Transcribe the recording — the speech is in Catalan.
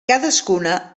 cadascuna